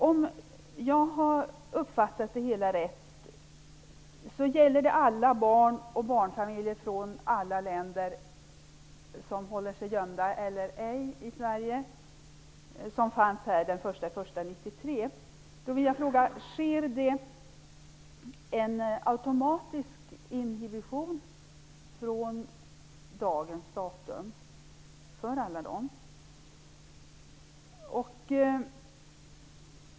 Om jag har uppfattat det hela rätt gäller beslutet alla barn och barnfamiljer från alla länder som håller sig gömda eller ej i Sverige, vilka befann sig här den 1 januari 1993. Sker det för alla dem en automatisk inhibition från dagens datum?